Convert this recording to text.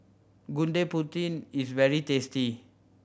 Gudeg Putih is very tasty